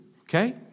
Okay